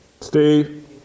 Steve